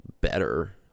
better